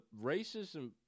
racism